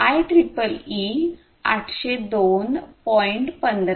आयट्रिपलई 802